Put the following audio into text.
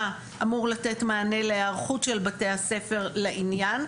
אמור לתת מענה להערכות של בתי הספר לעניין,